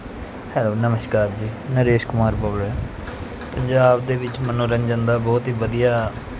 hello ਨਮਸਕਾਰ ਜੀ ਨਰੇਸ਼ ਕੁਮਾਰ ਬੋਲ ਰਿਹਾ ਪੰਜਾਬ ਦੇ ਵਿੱਚ ਮਨੋਰੰਜਨ ਦਾ ਬਹੁਤ ਹੀ ਵਧੀਆ